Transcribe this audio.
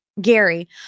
Gary